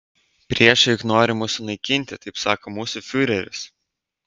priešai juk nori mus sunaikinti taip sako mūsų fiureris